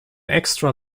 extra